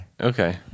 Okay